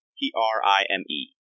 P-R-I-M-E